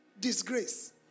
disgrace